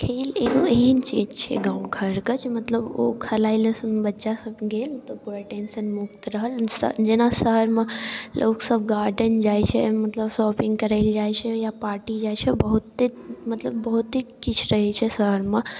खेल एगो एहन चीज छै गाँव घरके जे मतलब ओ खेलाए लए बच्चा सब गेल तऽ ओकरा टेन्शन मुक्त रहल जेना शहरमे लोक सब गार्डेन जाइ छै मतलब शॉपिंग करैलए जाइ छै या पार्टी जाइ छै बहुते मतलब बहुते किछु रहै छै शहरमे